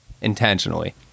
intentionally